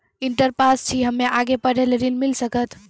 Inter pass छी हम्मे आगे पढ़े ला ऋण मिल सकत?